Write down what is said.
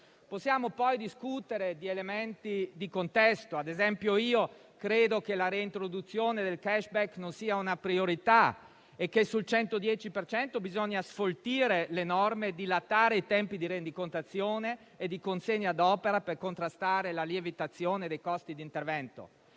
possiamo, poi, discutere di elementi di contesto - ad esempio, credo che la reintroduzione del *cashback* non sia una priorità e che sul 110 per cento bisogna sfoltire le norme e dilatare i tempi di rendicontazione e di consegna d'opera per contrattare la lievitazione dei costi di intervento